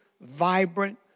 vibrant